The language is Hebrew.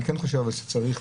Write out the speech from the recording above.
אני כן חושב שצריך,